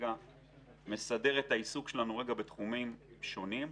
כרגע אני מסדר את העיסוק שלנו בתחומים שונים.